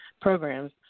programs